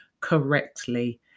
correctly